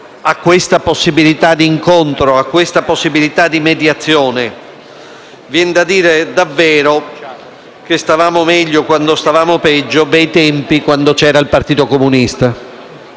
a questa possibilità d'incontro, a questa possibilità di mediazione: viene da dire davvero che stavamo meglio quando stavamo peggio. Bei tempi quando c'era il Partito Comunista.